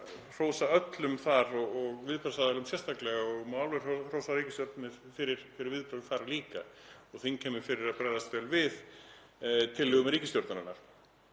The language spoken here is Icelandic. hrósa öllum þar og viðbragðsaðilum sérstaklega og það má alveg hrósa ríkisstjórninni fyrir viðbrögðin þar líka og þingheimi fyrir að bregðast vel við tillögum ríkisstjórnarinnar,